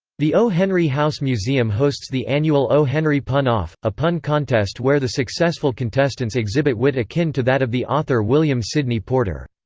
the o. henry house museum hosts the annual o. henry pun-off, a pun contest where the successful contestants exhibit wit akin to that of the author william sydney porter.